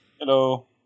Hello